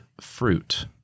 fruit